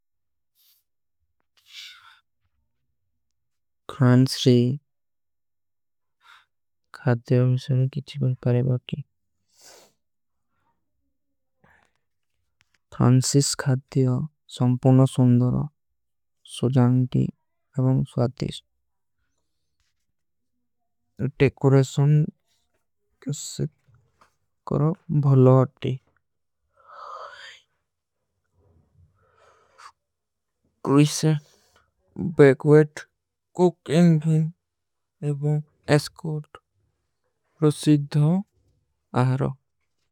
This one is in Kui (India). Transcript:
ଖରନ୍ସ୍ରୀ ଖାଦ ଦେଵଂ ସେ କିଛୀ ବାରେ ବାରେ। ବାକୀ ଖରନ୍ସିସ ଖାଦ ଦେଵଂ ସଂପୁର୍ଣ ସୁନ୍ଦରା। ସୋଜାନ୍ଟୀ ଅବଂ ସ୍ଵାଦିସ୍ଟ ଟେକୋରେଶନ କେ। ସିଦ୍ଧ କରୋ ଭଲାଵାଟୀ କ୍ରିଶେ ବେକଵେଟ। କୁକ ଏଲ୍ଵୀ ଏବଂ ଏସକୋର୍ଟ। ପ୍ରୁସିଦ୍ଧୋ ଆରୋ।